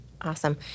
Awesome